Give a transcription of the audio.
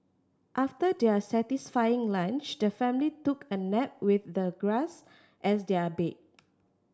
after their satisfying lunch the family took a nap with the grass as their bed